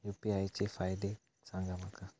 UPI चे फायदे सांगा माका?